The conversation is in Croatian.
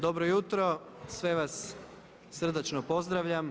Dobro jutro, sve vas srdačno pozdravljam.